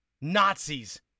Nazis